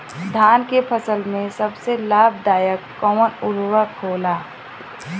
धान के फसल में सबसे लाभ दायक कवन उर्वरक होला?